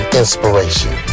inspiration